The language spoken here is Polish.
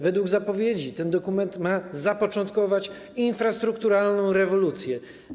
Według zapowiedzi ten dokument ma zapoczątkować infrastrukturalną rewolucję.